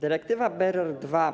Dyrektywa BRRD2,